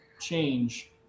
change